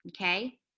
okay